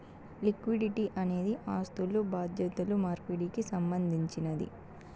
liquidity అనేది ఆస్థులు బాధ్యతలు మార్పిడికి సంబంధించినది